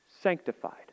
sanctified